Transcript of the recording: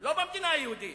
לא במדינה היהודית.